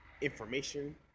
Information